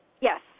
Yes